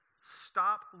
Stop